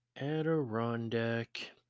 Adirondack